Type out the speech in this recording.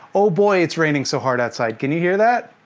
oh boy, it's raining so hard outside. can you hear that?